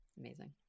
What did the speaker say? Amazing